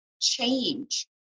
change